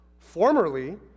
formerly